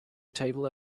table